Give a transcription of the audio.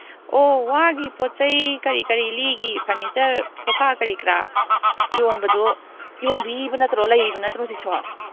ꯑꯣ ꯋꯥꯒꯤ ꯄꯣꯠ ꯆꯩ ꯀꯔꯤ ꯀꯔꯤ ꯂꯤꯒꯤ ꯐꯔꯅꯤꯆꯔ ꯁꯣꯐꯥ ꯀꯔꯤ ꯀꯔꯥ ꯌꯣꯟꯕꯗꯣ ꯌꯣꯟꯕꯤꯔꯤꯕ ꯅꯠꯇ꯭ꯔꯣ ꯂꯩꯔꯤꯕ ꯅꯠꯇ꯭ꯔꯣ ꯍꯧꯖꯤꯛꯁꯨ